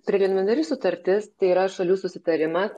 preliminari sutartis tai yra šalių susitarimą